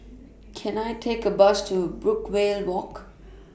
Can I Take A Bus to Brookvale Walk